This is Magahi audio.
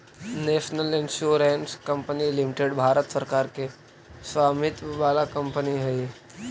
national insurance company limited Bharat सरकार के स्वामित्व वाला कंपनी हई